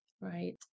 Right